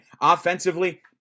Offensively